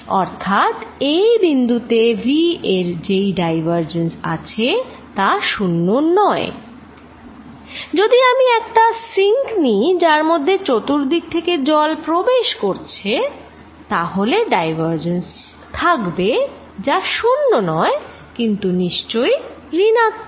অর্থাৎ এই বিন্দু তে v এর যেই ডাইভারজেন্স আছে তা শূন্য নয় যদি আমি একটা সিঙ্ক নিই যার মধ্যে চতুর্দিক থেকে জল প্রবেশ করছে তাহলে ডাইভারজেন্স থাকবে যা শূন্য নয় কিন্তু নিশ্চই ঋণাত্মক